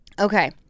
Okay